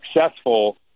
successful